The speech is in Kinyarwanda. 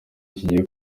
kigiye